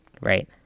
right